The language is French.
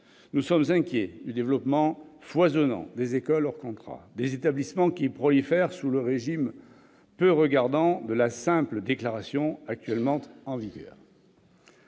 nous sommes inquiets du développement foisonnant des écoles hors contrat, des établissements qui prolifèrent sous le régime peu regardant de la simple déclaration actuellement en vigueur.